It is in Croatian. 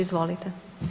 Izvolite.